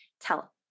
tell